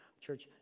Church